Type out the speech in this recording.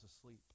asleep